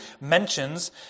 mentions